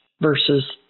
versus